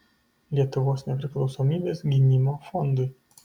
lietuvos nepriklausomybės gynimo fondui